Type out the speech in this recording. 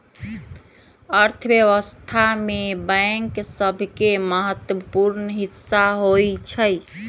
अर्थव्यवस्था में बैंक सभके महत्वपूर्ण हिस्सा होइ छइ